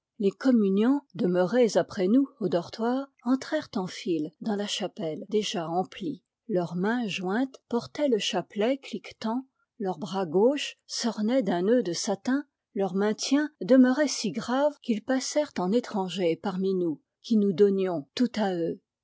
les communiants demeurés après nous au dortoir entrèrent en file dans la chapelle déjà emplie leurs mains jointes portaient le chapelet cliquetant leur bras gauche s'ornait d'un nœud de satin leur maintien demeurait si grave qu'ils passèrent en étrangers parmi nous qui nous donnions tout à eux